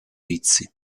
vizi